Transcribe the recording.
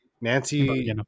Nancy